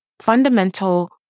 fundamental